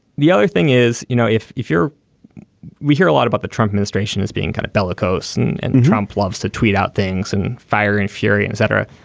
the other thing is you know if if you're we hear a lot about the trump administration as being kind of bellicose and and and trump loves to tweet out things and fire and fury etc.